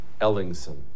Ellingson